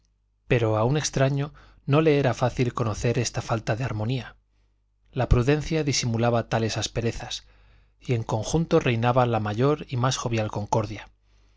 pero a un extraño no le era fácil conocer esta falta de armonía la prudencia disimulaba tales asperezas y en conjunto reinaba la mayor y más jovial concordia